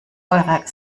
eure